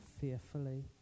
fearfully